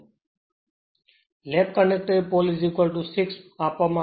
તેથી lap connected pole 6 આપવામાં આવેલ છે